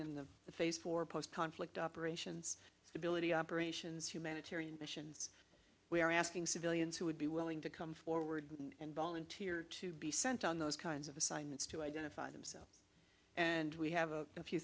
in the face for post conflict operations ability operations humanitarian mission we are asking civilians who would be willing to come forward and volunteer to be sent on those kinds of assignments to identify themselves and we have a few